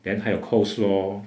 then 还有 coleslaw